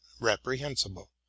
reprehensible